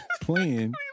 playing